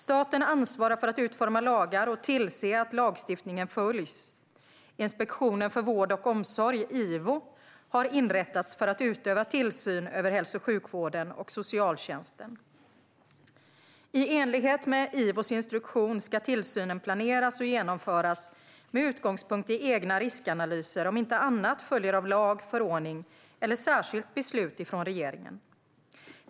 Staten ansvarar för att utforma lagar och tillse att lagstiftningen följs. Inspektionen för vård och omsorg, IVO, har inrättats för att utöva tillsyn över hälso och sjukvården och socialtjänsten. I enlighet med IVO:s instruktion ska tillsynen planeras och genomföras med utgångspunkt i egna riskanalyser om inte annat följer av lag, förordning eller särskilt beslut från regeringen.